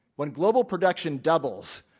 when global production doubles,